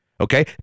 Okay